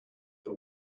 but